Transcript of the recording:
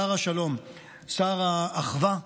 שר השלום, שר האחווה,